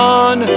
on